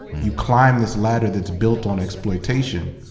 you climb this ladder that's built on exploitation,